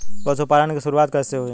पशुपालन की शुरुआत कैसे हुई?